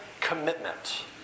commitment